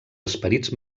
esperits